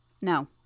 No